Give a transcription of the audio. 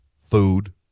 Food